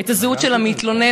את הזהות של המתלונן,